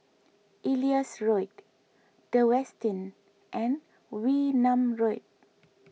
Elias Road the Westin and Wee Nam Road